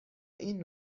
این